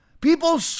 People